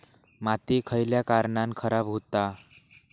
माती खयल्या कारणान खराब हुता?